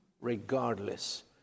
regardless